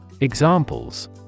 Examples